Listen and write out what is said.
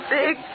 big